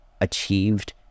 achieved